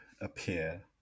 appear